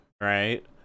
right